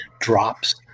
drops